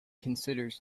considers